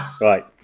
Right